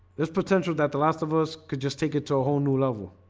there's potential that the last of us could just take it to a whole new level.